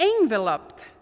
enveloped